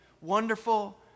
Wonderful